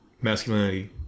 masculinity